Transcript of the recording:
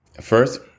first